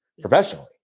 professionally